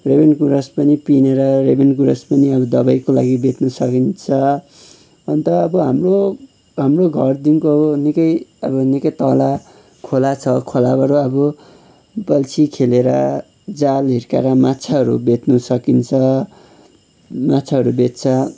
जैवीनको रस पनि पिनेर जैवीनको रस पनि हामी दबाईको लागि बेच्नु सकिन्छ अन्त अब हाम्रो हाम्रो घरदेखिनको अब निकै अब निकै तल खोला छ खोलाबाट अब बल्छी खेलेर जाल हिर्काएर माछाहरू बेच्न सकिन्छ माछाहरू बेच्छ